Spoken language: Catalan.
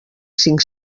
cinc